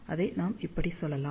அதை நாம் இப்படி சொல்லலாம்